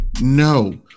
No